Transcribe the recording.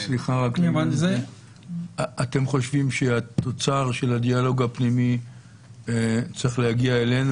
--- אתם חושבים שהתוצר של הדיאלוג הפנימי צריך להגיע אלינו